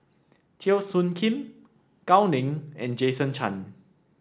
Teo Soon Kim Gao Ning and Jason Chan